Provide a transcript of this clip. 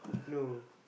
no